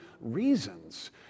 reasons